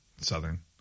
Southern